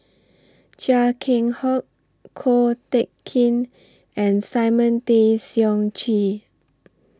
Chia Keng Hock Ko Teck Kin and Simon Tay Seong Chee